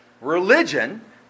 religion